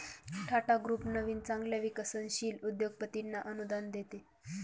Tata group नवीन चांगल्या विकसनशील उद्योगपतींना अनुदान देते